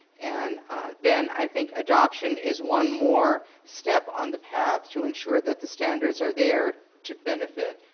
and then, i think adoption is one more step on the path to insure that the standards are there to benefit.